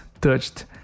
touched